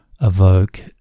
evoke